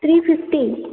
three fifty